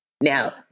Now